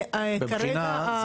בדקנו את נושא הפסיכולוגים --- בבחינה,